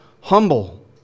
humble